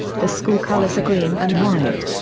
the school colors are green and white.